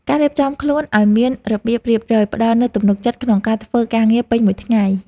ការរៀបចំខ្លួនឱ្យមានរបៀបរៀបរយ ផ្តល់នូវទំនុកចិត្តក្នុងការធ្វើការងារពេញមួយថ្ងៃ។